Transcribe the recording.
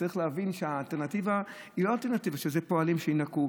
צריך להבין שהאלטרנטיבה היא לא אלטרנטיבה שזה פועלים שינקו.